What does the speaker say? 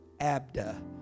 Abda